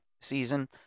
season